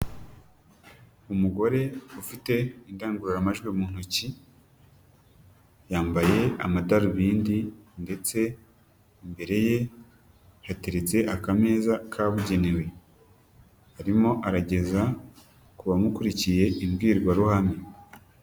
Umugore ufite indangururamajwi mu ntoki, yambaye amadarubindi ndetse imbere ye hateretse akameza kabugenewe, arimo arageza ku bamukurikiye imbwirwaruhame.